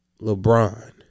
LeBron